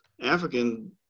African